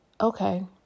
Okay